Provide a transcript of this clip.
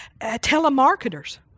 telemarketers